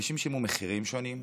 אנשים שילמו מחירים שונים.